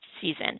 season